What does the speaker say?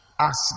ask